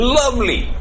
lovely